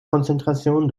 konzentration